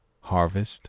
Harvest